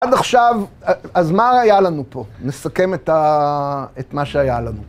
עד עכשיו, אז מה היה לנו פה? נסכם את מה שהיה לנו.